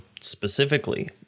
specifically